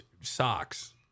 socks